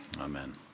Amen